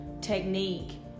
technique